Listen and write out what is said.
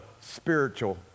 spiritual